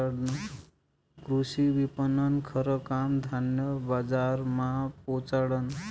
कृषी विपणननं खरं काम धान्य बजारमा पोचाडनं